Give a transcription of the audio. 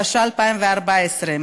התשע"ה 2014,